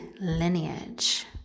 lineage